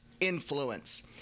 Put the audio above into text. influence